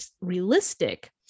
realistic